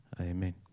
amen